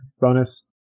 bonus